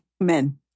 men